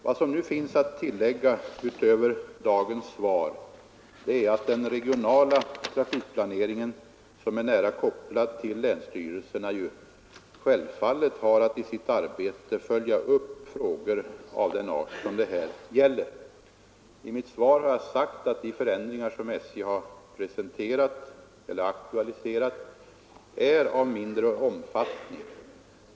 Vad som nu finns att tillägga utöver dagens svar är att den regionala trafikplaneringen, som är nära kopplad till länsstyrelserna, självfallet har att i sitt arbete följa upp frågor av den art som det här gäller. I mitt svar har jag sagt att de förändringar som SJ aktualiserat är av mindre omfattning.